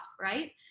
Right